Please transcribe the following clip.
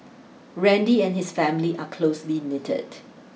Randy and his family are closely knitted